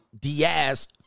diaz